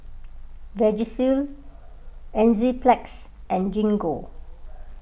Vagisil Enzyplex and Gingko